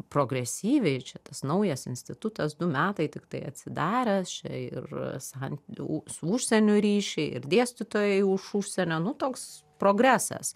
progresyviai čia tas naujas institutas du metai tiktai atsidaręs čia ir san u su užsieniu ryšiai ir dėstytojai už užsienio nu toks progresas